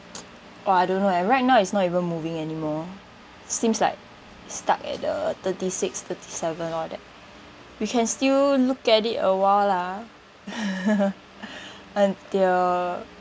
oh I don't know eh right now it's not even moving anymore seems like stuck at the thirty-six thirty-seven all that we can still look at it awhile lah until